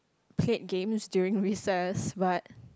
play games during recess but